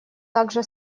также